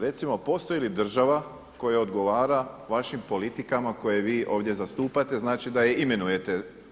Recimo, postoji li država koja odgovara vašim politikama koje vi ovdje zastupate, znači da ju imenujete?